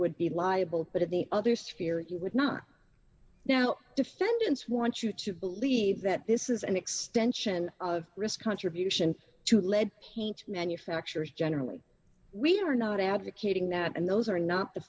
would be liable but if the others fear you would not now defendants want you to believe that this is an extension of risk contribution to lead paint manufacturers generally we are not advocating that and those are not the